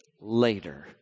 later